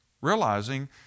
realizing